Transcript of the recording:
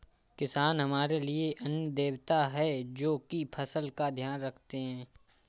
किसान हमारे लिए अन्न देवता है, जो की फसल का ध्यान रखते है